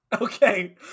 Okay